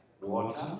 water